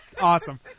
Awesome